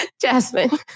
Jasmine